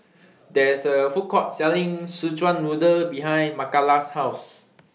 There IS A Food Court Selling Szechuan Noodle behind Makala's House